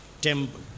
temple